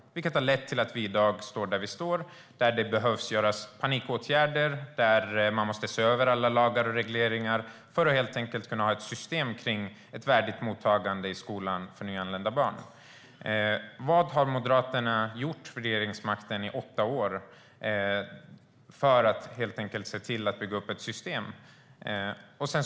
Det är detta som har lett till det läge vi har i dag, där det behöver vidtas panikåtgärder och man måste se över alla lagar och regleringar för att ha ett värdigt mottagande för nyanlända barn i skolan. Vad har Moderaterna gjort vid regeringsmakten i åtta år för att se till att bygga upp ett sådant system?